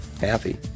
happy